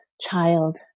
Child